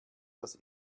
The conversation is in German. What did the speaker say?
das